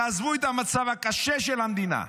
תעזבו את המצב הקשה של המדינה.